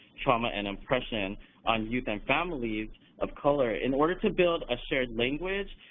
trauma, and oppression on youth and families of color in order to build a shared language,